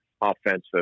offensive